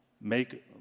make